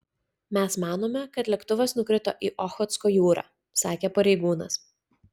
mes manome kad lėktuvas nukrito į ochotsko jūrą sakė pareigūnas